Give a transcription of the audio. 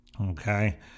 okay